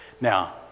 Now